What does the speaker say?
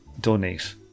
donate